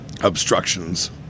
obstructions